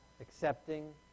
accepting